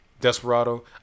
Desperado